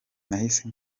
nahise